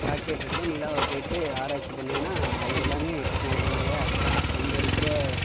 rocket கூட நிலாவை போய்ட்டு ஆராய்ச்சி பண்ணதுன்னா அதுக்கு எல்லாமே டெக்னாலஜிதான இல்லையா அங்கே இருக்கிற